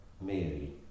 Mary